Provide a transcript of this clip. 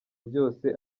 byose